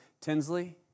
Tinsley